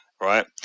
right